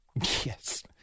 Yes